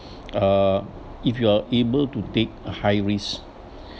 uh if you are able to take a high risk